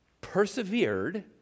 persevered